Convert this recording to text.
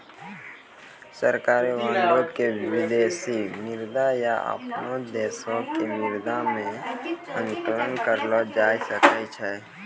सरकारी बांडो के विदेशी मुद्रा या अपनो देशो के मुद्रा मे आंकलन करलो जाय सकै छै